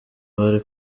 bari